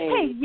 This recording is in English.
Hey